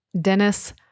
Dennis